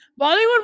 Bollywood